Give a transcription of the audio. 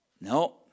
No